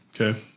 okay